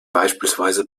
beispielsweise